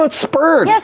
but spurt.